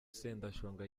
sendashonga